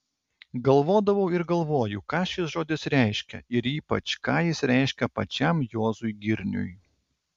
galvodavau ir galvoju ką šis žodis reiškia ir ypač ką jis reiškė pačiam juozui girniui